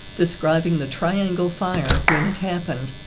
describing the triangle fire when it happened.